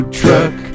truck